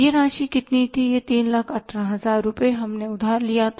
यह राशि कितनी थी यह 318000 हमने उधार लिया था